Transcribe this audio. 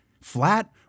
flat